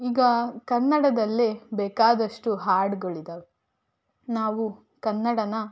ಈಗ ಕನ್ನಡದಲ್ಲೇ ಬೇಕಾದಷ್ಟು ಹಾಡುಗಳಿದಾವೆ ನಾವು ಕನ್ನಡನ